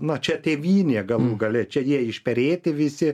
na čia tėvynė galų gale čia jie išperėti visi